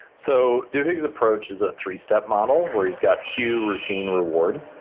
so duhigg's approach is a three step model where he's got cue, routine, reward.